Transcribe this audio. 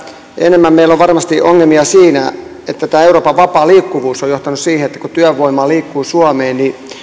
enemmän meillä on varmasti ongelmia siinä että tämä euroopan vapaa liikkuvuus on johtanut siihen että kun työvoimaa liikkuu suomeen niin